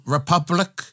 Republic